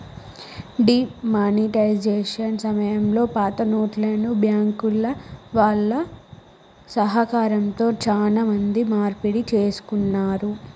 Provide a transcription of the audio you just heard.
D monetisation సమయంలో పాతనోట్లను బ్యాంకుల వాళ్ళ సహకారంతో చానా మంది మార్పిడి చేసుకున్నారు